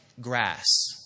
grass